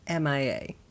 MIA